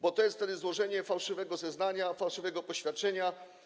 Bo jest to wtedy złożenie fałszywego zeznania, fałszywego poświadczenia.